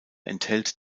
enthält